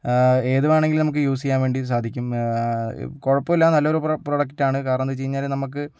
ഏത് വേണമെങ്കിലും നമുക്ക് യൂസ് ചെയ്യാൻവേണ്ടി സാധിക്കും കുഴപ്പമില്ല നല്ല ഒരു പ്രോഡക്റ്റാണ് കാരണമെന്തെന്ന് വെച്ച് കഴിഞ്ഞാൽ നമുക്ക്